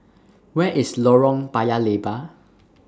Where IS Lorong Paya Lebar